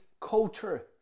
culture